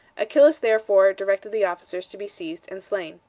achillas therefore directed the officers to be seized and slain.